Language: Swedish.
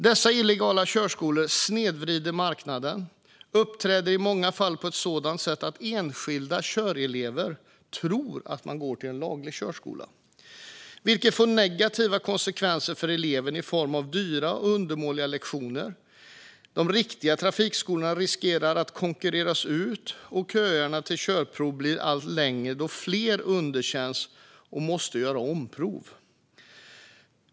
Dessa illegala körskolor snedvrider marknaden och uppträder i många fall på ett sådant sätt att enskilda körskoleelever tror att de går till en laglig körskola, vilket får negativa konsekvenser för eleverna i form av dyra och undermåliga lektioner. De riktiga trafikskolorna riskerar att konkurreras ut, och köerna till körprov blir allt längre då fler underkänns och måste göra om prov.